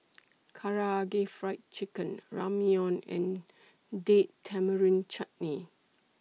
Karaage Fried Chicken Ramyeon and Date Tamarind Chutney